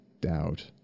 doubt